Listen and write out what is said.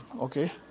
Okay